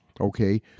okay